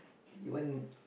even